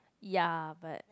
ya but